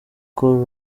call